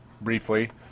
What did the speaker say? briefly